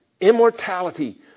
Immortality